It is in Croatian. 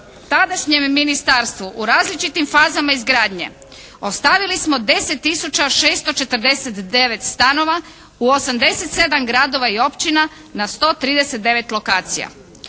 tadašnjem ministarstvu u različitim fazama izgradnje ostavili smo 10 tisuća 649 stanova u 87 gradova i općina na 139 lokacija.